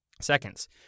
seconds